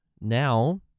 now